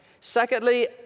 Secondly